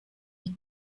wie